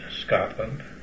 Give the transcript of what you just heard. Scotland